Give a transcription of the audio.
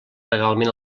legalment